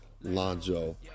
Lonzo